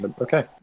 Okay